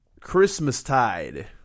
Christmastide